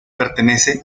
pertenece